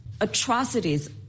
atrocities